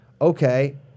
okay